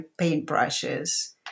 paintbrushes